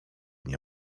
nie